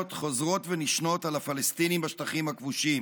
חוזרות ונשנות על הפלסטינים בשטחים הכבושים,